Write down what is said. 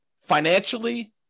financially